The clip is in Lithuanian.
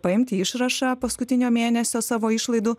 paimti išrašą paskutinio mėnesio savo išlaidų